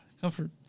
comfort